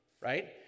right